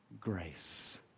grace